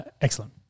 Excellent